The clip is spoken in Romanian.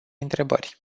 întrebări